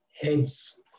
heads